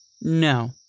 No